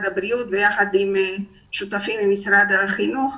הבריאות יחד עם שותפים ממשרד החינוך,